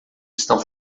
estão